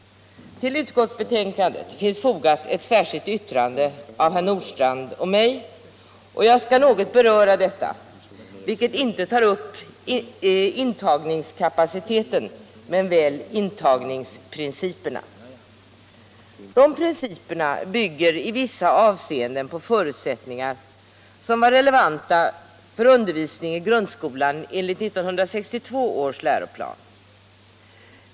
Till utskottsbetänkandet finns fogat ett särskilt yttrande av herr Nordstrandh och mig. Jag skall något beröra detta, vilket inte tar upp intagningskapaciteten men väl intagningsprinciperna. Dessa principer bygger i vissa avseenden på förutsättningar som var relevanta för undervisning i grundskolan enligt 1962 års läroplan.